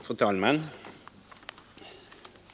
Fru talman!